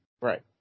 Right